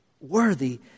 Worthy